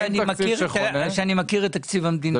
אני מכיר את תקציב המדינה,